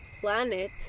planet